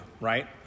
right